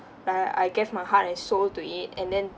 but I I gave my heart and soul to it and then